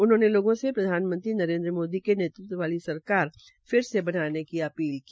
उन्होंने कहा कि लोगों से प्रधानमंत्री नरेन्द्र मोदी के नेतृत्व वाली सरकार फिर से बनाने की अपील की